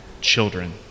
children